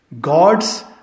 God's